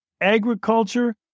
Agriculture